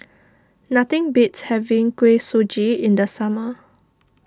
nothing beats having Kuih Suji in the summer